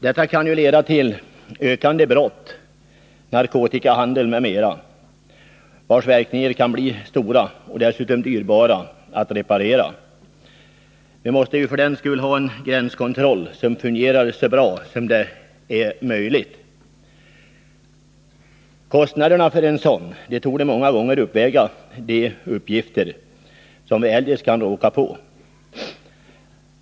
Detta kan leda till ökande brottslighet — narkotikahandel m.m. —, vars verkningar kan bli omfattande och dessutom dyrbara att reparera. Vi måste ha en gränskontroll som fungerar så bra som möjligt. Kostnaderna för en sådan torde många gånger uppväga de utgifter vi eljest kan råka ut för.